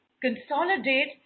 consolidate